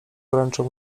wręczył